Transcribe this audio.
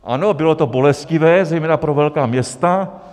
Ano, bylo to bolestivé zejména pro velká města.